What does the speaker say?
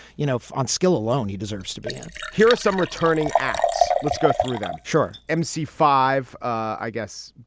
you know, on skill alone, he deserves to be in here are some returning acts. let's go through them. sure. m c. five, i guess,